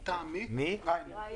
חברת התעופה ריינאייר.